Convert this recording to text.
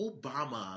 Obama